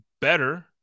better